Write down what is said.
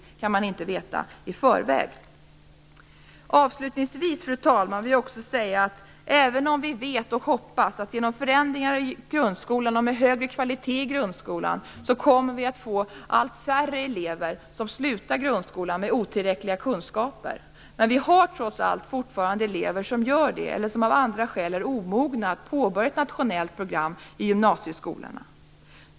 Det kan man inte veta i förväg. Avslutningsvis, fru talman, vill jag också säga att vi hoppas att vi genom förändringar och högre kvalitet i grundskolan kommer att få allt färre elever som slutar grundskolan med otillräckliga kunskaper. Men vi har trots allt fortfarande elever som gör det eller som av andra skäl är omogna att påbörja ett nationellt program i gymnasieskolorna.